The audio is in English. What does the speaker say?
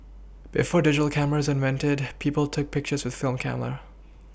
before digital cameras invented people took pictures with film camera